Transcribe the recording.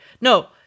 no